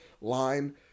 line